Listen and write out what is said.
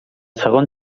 segon